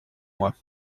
mois